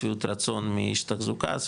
שביעות רצון מאיש תחזוקה,